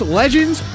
legends